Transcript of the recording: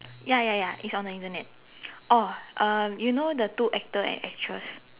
ya ya ya it's on the Internet oh uh you know the two actor and actress